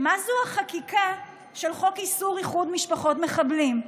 ומה זו החקיקה של חוק איסור איחוד משפחות מחבלים?